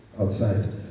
outside